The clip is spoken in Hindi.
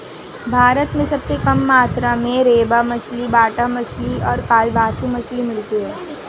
भारत में सबसे कम मात्रा में रेबा मछली, बाटा मछली, कालबासु मछली मिलती है